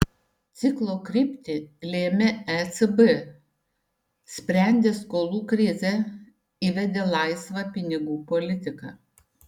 ciklo kryptį lėmė ecb sprendė skolų krizę įvedė laisvą pinigų politiką